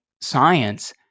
science